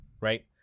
right